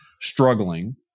struggling